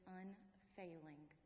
unfailing